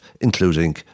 including